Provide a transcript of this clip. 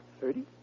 Thirty